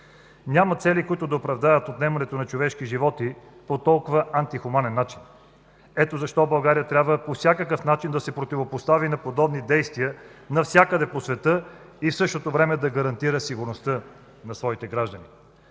Няма цели, които да оправдаят отнемането на човешки живот по толкова антихуманен начин. Ето защо България трябва по всякакъв начин да се противопостави на подобни действия навсякъде по света и в същото време да гарантира сигурността на своите граждани.